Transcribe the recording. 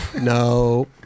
no